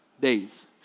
days